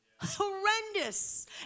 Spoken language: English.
horrendous